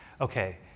okay